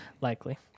Likely